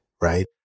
right